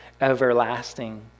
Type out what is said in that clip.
everlasting